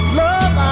love